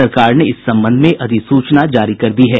सरकार ने इस संबंध में अधिसूचना जारी कर दी है